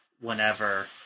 Whenever